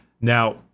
Now